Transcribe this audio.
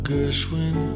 Gershwin